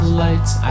lights